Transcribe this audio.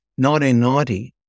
1990